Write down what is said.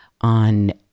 on